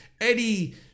Eddie